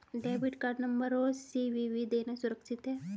Debit card number और CVV देना सुरक्षित है?